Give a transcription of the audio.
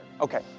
Okay